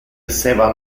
esseva